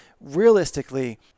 Realistically